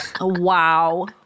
Wow